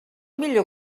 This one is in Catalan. millor